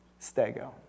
Stego